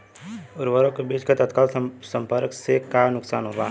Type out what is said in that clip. उर्वरक व बीज के तत्काल संपर्क से का नुकसान होला?